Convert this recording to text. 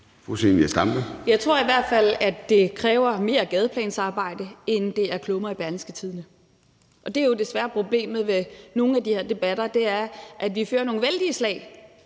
Jeg tror i hvert fald, at det kræver mere gadeplansarbejde frem for klummer i Berlingske. Og det er jo desværre problemet med nogle af de her debatter, at vi fører nogle vældige slag